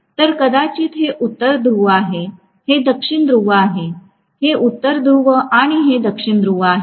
तर कदाचित हे उत्तर ध्रुव आहे हे दक्षिण ध्रुव आहे हे उत्तर ध्रुव आहे आणि हे दक्षिण ध्रुव आहे